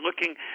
looking